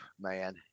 man